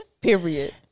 Period